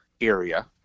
area